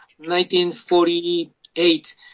1948